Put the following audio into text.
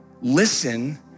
listen